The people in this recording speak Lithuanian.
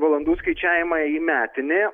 valandų skaičiavimą į metinį